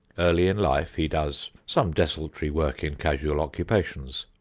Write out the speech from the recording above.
early in life he does some desultory work in casual occupations.